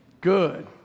Good